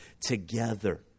together